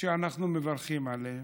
ואנחנו מברכים עליהם,